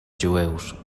jueus